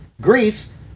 Greece